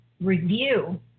review